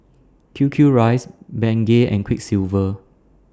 Q Q Rice Bengay and Quiksilver